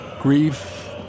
Grief